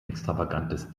extravagantes